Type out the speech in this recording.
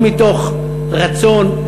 לא מתוך רצון,